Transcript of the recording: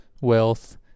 wealth